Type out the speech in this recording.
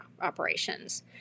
operations